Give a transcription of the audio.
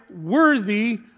worthy